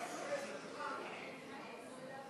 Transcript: נתקבל.